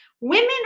Women